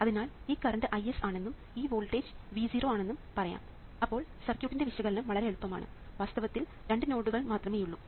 അതിനാൽ ഈ current Is ആണെന്നും ഈ വോൾട്ടേജ് V0 ആണെന്നും പറയാം അപ്പോൾ സർക്യൂട്ടിന്റെ വിശകലനം വളരെ എളുപ്പമാണ് വാസ്തവത്തിൽ രണ്ട് നോഡുകൾ മാത്രമേയുള്ളൂ